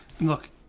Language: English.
Look